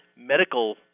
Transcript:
medical